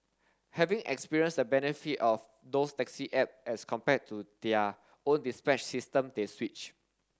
having experienced the benefit of those taxi app as compared to their own dispatch system they switch